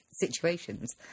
situations